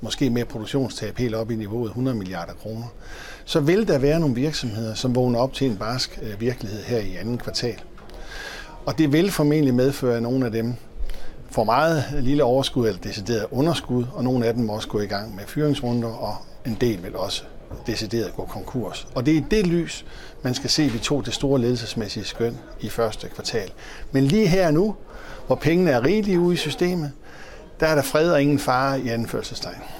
Måske mere produktionstab helt op i niveauet 100 milliarder kroner. Så vil der være nogle virksomheder, som vågner op til en barsk, øh, virkelighed her i anden kvartal. Og det vil formentlig medføre, at nogle af dem får meget lille overskud eller decideret underskud, og nogle af dem må også gå i gang med fyringsrunder, og en del vil også decideret gå konkurs. Og det er i det lys, man skal se de to, det store ledelsesmæssige skøn i første kvartal. Men lige her nu, hvor pengene er rigeligt ude i systemet, der er der fred og ingen fare i anførselstegn.